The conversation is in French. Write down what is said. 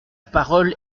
parole